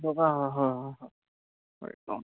দৰকাৰ হয় হয় হয় অঁ